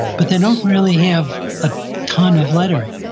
but they don't really have a ton of lettering.